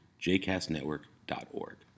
jcastnetwork.org